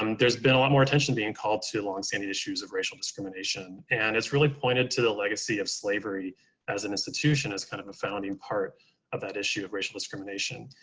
um there's been a lot more attention being called to long standing issues of racial discrimination. and it's really pointed to the legacy of slavery as an institution as kind of a founding part of that issue of racial discrimination.